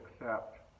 accept